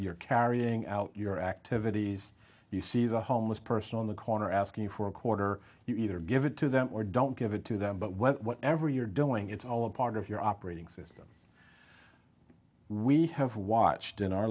you're carrying out your activities you see the homeless person on the corner asking you for a quarter you either give it to them or don't give it to them but well whatever you're doing it's all a part of your operating system we have watched in our